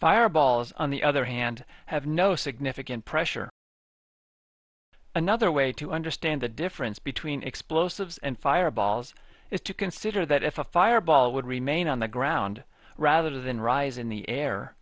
fireballs on the other hand have no significant pressure another way to understand the difference between explosives and fireballs is to consider that if a fireball would remain on the ground rather than rise in the air